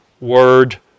word